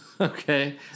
Okay